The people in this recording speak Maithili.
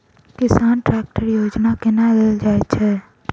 किसान ट्रैकटर योजना केना लेल जाय छै?